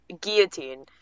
guillotine